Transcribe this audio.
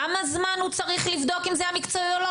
כמה זמן הוא צריך לבדוק אם זה היה מקצועי או לא?